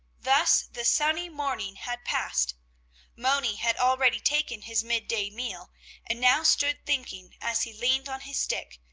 thus the sunny morning had passed moni had already taken his midday meal and now stood thinking as he leaned on his stick,